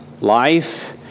life